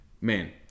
Man